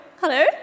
Hello